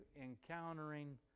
encountering